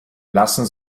lassen